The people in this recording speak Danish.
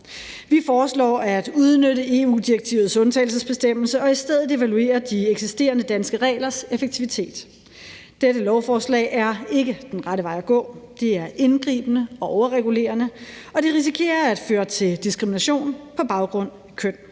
Vi foreslår at udnytte EU-direktivets undtagelsesbestemmelse og i stedet evaluere de eksisterende danske reglers effektivitet. Dette lovforslag er ikke den rette vej at gå. Det er indgribende og overregulerende, og det risikerer at føre til diskrimination på baggrund af køn.